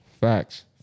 Facts